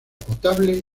potable